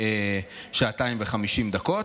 בשעתיים ו-50 דקות,